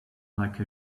like